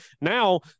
now